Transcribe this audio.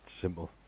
simple